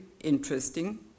interesting